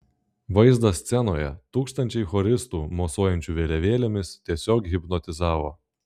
vaizdas scenoje tūkstančiai choristų mosuojančių vėliavėlėmis tiesiog hipnotizavo